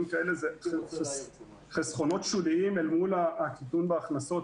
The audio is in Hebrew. כאלה זה חסכונות שוליים אל מול הקיטון בהכנסות,